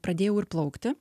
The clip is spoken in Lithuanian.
pradėjau ir plaukti